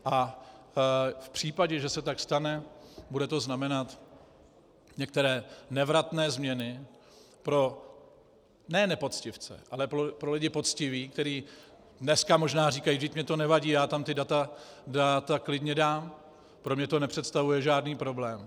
A v případě, že se tak stane, bude to znamenat některé nevratné změny pro... ne nepoctivce, ale pro lidi poctivé, kteří dneska možná říkají: vždyť mně to nevadí, já tam ta data klidně dám, pro mě to nepředstavuje žádný problém.